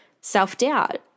self-doubt